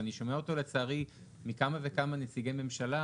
ואני שומע אותו לצערי מכמה וכמה נציגי ממשלה,